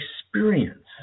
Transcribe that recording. experience